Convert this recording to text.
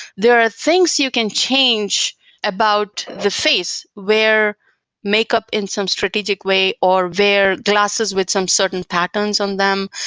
there are things you can change about the face where make up in some strategic way or wear glasses with some certain patterns on them.